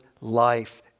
life